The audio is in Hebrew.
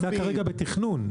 זה נמצא כרגע בתכנון.